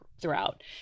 throughout